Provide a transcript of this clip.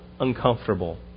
uncomfortable